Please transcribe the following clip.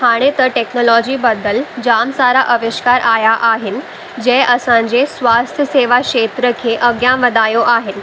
हाणे त टेक्नोलॉजी बदल जाम सारा आविष्कार आया आहिनि जंहिं असांजे स्वास्थ्य सेवा क्षेत्र खे अॻियां वधायो आहे